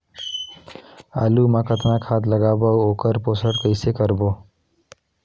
आलू मा कतना खाद लगाबो अउ ओकर पोषण कइसे करबो?